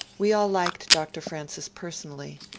we all liked dr. francis personally,